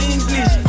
English